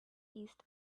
east